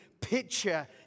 picture